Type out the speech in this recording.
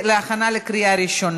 הצעת חוק בתי-דין רבניים (קיום פסקי-דין של גירושין)